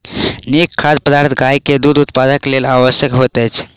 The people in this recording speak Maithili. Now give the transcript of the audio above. नीक खाद्य पदार्थ गाय के दूध उत्पादनक लेल आवश्यक होइत अछि